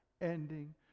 ending